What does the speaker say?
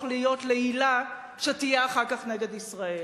להיות לעילה שתהיה אחר כך נגד ישראל,